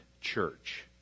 church